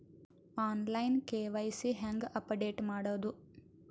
On line KYC ಹೇಂಗ update ಮಾಡೋದು?